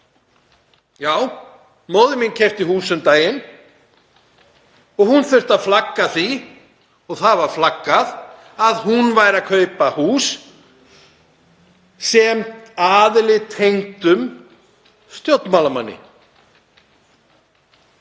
Móðir mín keypti hús um daginn. Hún þurfti að flagga því. Því var flaggað að hún væri að kaupa hús sem aðili tengdur stjórnmálamanni.